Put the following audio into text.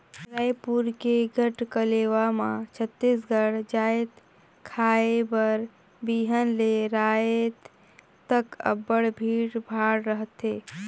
रइपुर के गढ़कलेवा म छत्तीसगढ़ जाएत खाए बर बिहान ले राएत तक अब्बड़ भीड़ भाड़ रहथे